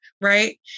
Right